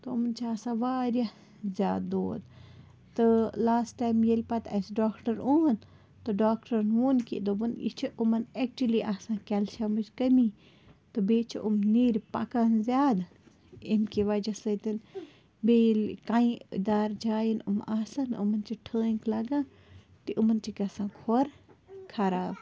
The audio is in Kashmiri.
تہٕ یِمن چھِ آسان واریاہ زیادٕ دود تہٕ لاسٹ ٹایِم ییٚلہِ پَتہٕ اَسہِ ڈاکٹَر اوٚن تہٕ ڈاکٹَرَن ووٚن کہِ دوٚپُن یہِ چھِ یِمَن ایٚٮ۪کچُؤلی آسان کیٚلشِیَمٕچ کٔمی تہٕ بیٚیہِ چھِ یِم نیٖرِ پَکان زیادٕ امہِ کہِ وَجہ سۭتۍ بیٚیہِ ییٚلہِ کَیہِ دار جایَن یِم آسن یِمَن چھِ ٹھٲنٛکۍ لَگان تہِ یِمَن چھِ گژھان کھۄر خراب